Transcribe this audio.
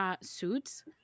Suits